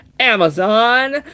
Amazon